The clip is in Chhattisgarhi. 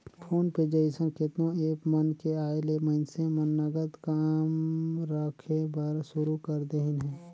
फोन पे जइसन केतनो ऐप मन के आयले मइनसे मन नगद कम रखे बर सुरू कर देहिन हे